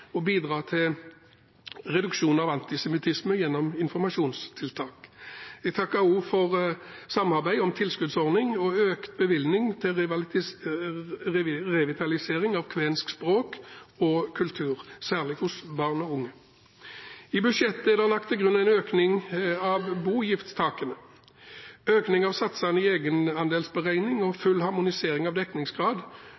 bidra til reduksjon av antisemittisme gjennom informasjonstiltak. Vi takker også for samarbeid om tilskuddsordning og økt bevilgning til revitalisering av kvensk språk og kultur, særlig hos barn og unge. I budsjettet er det lagt til grunn en økning av boutgiftstakene, økning av satsene i egenandelsberegning og full harmonisering av dekningsgrad